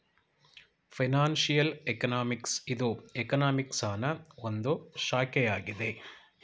financial economics ಇದು ಎಕನಾಮಿಕ್ಸನಾ ಒಂದು ಶಾಖೆಯಾಗಿದೆ